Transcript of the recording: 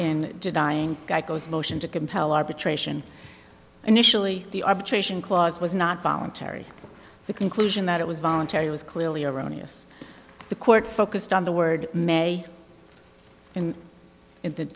denying guy goes motion to compel arbitration initially the arbitration clause was not voluntary the conclusion that it was voluntary was clearly erroneous the court focused on the word may in